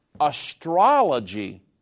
astrology